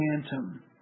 Phantom